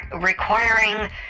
requiring